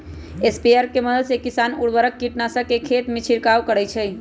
sprayer के मदद से किसान उर्वरक, कीटनाशक के खेतमें छिड़काव करई छई